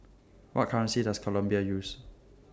What currency Does Colombia use